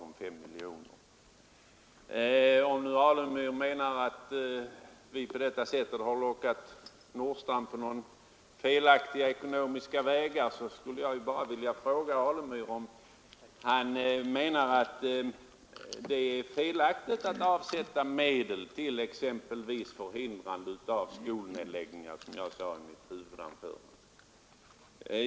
Om herr Alemyr anser att vi därigenom har lockat in herr Nordstrandh på felaktiga ekonomiska vägar, så vill jag fråga herr Alemyr om han menar att det är felaktigt att avsätta medel till exempelvis förhindrande av skolnedläggningar, som jag talade om i mitt huvudanförande.